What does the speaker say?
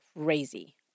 crazy